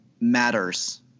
matters